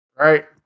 right